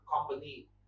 company